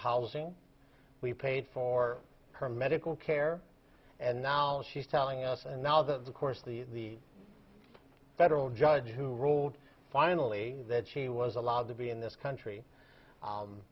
housing we paid for her medical care and now she's telling us and now the the course federal judges who rolled finally that she was allowed to be in this country